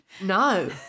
No